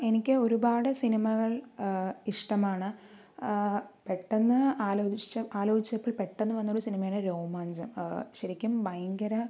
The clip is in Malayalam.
എനിക്ക് ഒരുപാട് സിനിമകൾ ഇഷ്ടമാണ് പെട്ടന്ന് ആലോചിച്ചാൽ ആലോചിച്ചപ്പം പെട്ടന്ന് വന്നൊരു സിനിമയാണ് രോമാഞ്ചം ശരിക്കും ഭയങ്കര